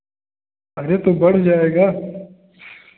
अरे तो बढ़ जायेगा